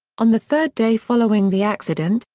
on the third day following the accident,